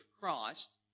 Christ